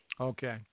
Okay